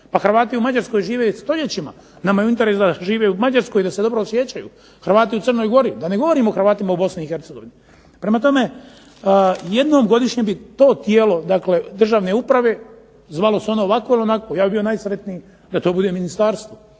Hrvati u Mađarskoj žive već stoljećima, nama je u interesu da žive u Mađarskoj i da se dobro osjećaju. Hrvati u Crnoj gori, a da ne govorimo o Hrvatima u Bosni i Hercegovini. Prema tome, jednom godišnje bi to tijelo državne uprave, zvalo se ono ovako ili onako, ja bih bio najsretniji da to bude Ministarstvo.